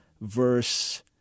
Verse